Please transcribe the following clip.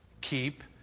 Keep